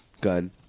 gun